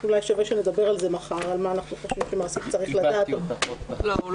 שווה שנדבר מחר מה אנחנו חושבים שמעסיק צריך לדעת עליו.